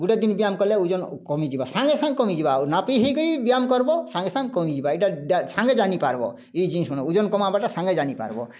ଗୁଟେ ଦିନ୍ ବ୍ୟୟାମ୍ କଲେ ଉଜନ୍ କମିଯିବା ସାଙ୍ଗେସାଙ୍ଗେ କମିଯିବା ନାପି ହେଇକରି ବ୍ୟୟାମ୍ କରବ ସାଙ୍ଗେସାଙ୍ଗେ କମିଯିବା ଏଇଟା ସାଙ୍ଗେ ଜାନିପାରବ ଏଇ ଜିନିଷନୁ ଉଜନ୍ କମାବାଟା ସାଙ୍ଗେ ଜାନିପାରବ